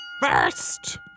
First